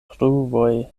pruvoj